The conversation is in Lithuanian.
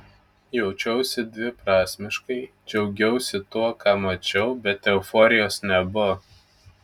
jaučiausi dviprasmiškai džiaugiausi tuo ką mačiau bet euforijos nebuvo